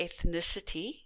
ethnicity